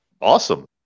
Awesome